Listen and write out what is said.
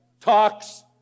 talks